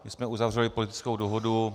My jsme uzavřeli politickou dohodu.